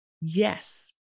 Yes